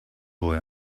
boy